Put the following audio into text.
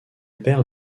père